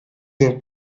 denk